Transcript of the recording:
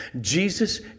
Jesus